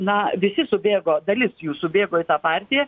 na visi subėgo dalis jų subėgo į tą partiją